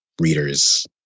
readers